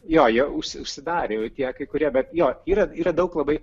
jo jie užsi užsidarė o tie kai kurie bet jo yra yra daug labai